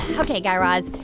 ok, guy raz.